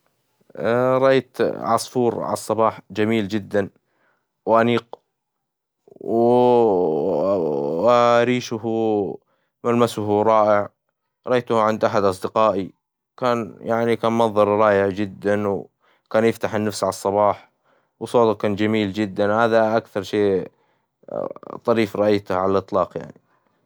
رأيت عصفور عالصباح جميل جدا وأنيق و وريشه ملمسه رائع، رأيته عند أحد أصدقائي، كان يعني كان منظهره رائع جدا كان يفتح النفس على الصباح، وصوته كان جميل جدا، هذا أكثر شي ظريف رأيته على طلاق.